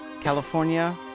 california